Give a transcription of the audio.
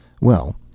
Well